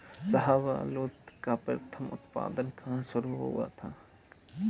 शाहबलूत का प्रथम उत्पादन कहां शुरू हुआ था?